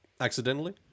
Accidentally